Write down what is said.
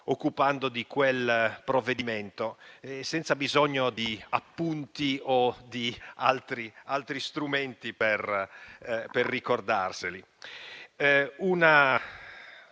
occupando di quel provvedimento, senza bisogno di appunti o di altri strumenti per ricordarseli. Un